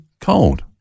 cold